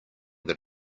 that